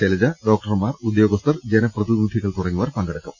ശൈലജ ഡോക്ടർമാർ ഉദ്യോഗസ്ഥർ ജനപ്രതിനിധികൾ തുടങ്ങിയവർ പങ്കെടുക്കും